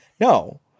No